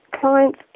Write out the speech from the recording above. clients